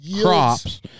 crops